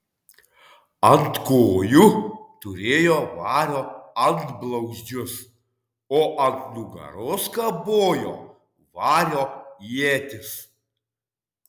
ant kojų turėjo vario antblauzdžius o ant nugaros kabojo vario ietis